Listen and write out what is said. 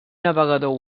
navegador